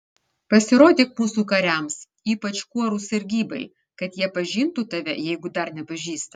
pasirodyk mūsų kariams ypač kuorų sargybai kad jie pažintų tave jeigu dar nepažįsta